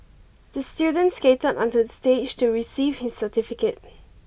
the student skated onto the stage to receive his certificate